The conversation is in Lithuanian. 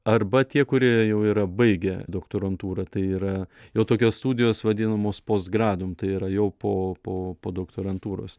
arba tie kurie jau yra baigę doktorantūrą tai yra jau tokios studijos vadinamos post gradum tai yra jau po po po doktorantūros